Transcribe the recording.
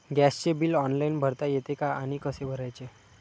गॅसचे bill online भरता येते का आणि कसे भरायचे?